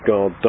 God